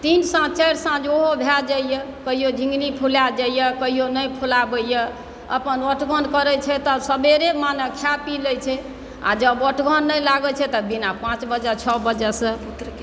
तीन साँझ चारि साँझ ओहो भए जाइए कहियो झिङ्गनी फुला जाइए कहियो नहि फुलाबैए अपन ओठगन करैत छै तऽ सवेरे माने खाए पी लैत छै आ जँ ओठगन नहि लागैत छै तऽ बिना पाँच बजे छओ बजेसँ